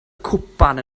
cwpan